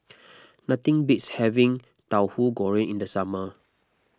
nothing beats having Tauhu Goreng in the summer